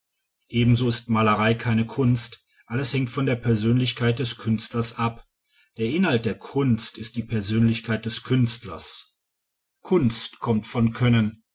ebenso ist malerei keine kunst alles hängt von der persönlichkeit des künstlers ab der inhalt der kunst ist die persönlichkeit des künstlers kunst kommt von können